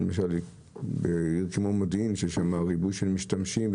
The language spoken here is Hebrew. למשל איפה שיש ריבוי משתמשים.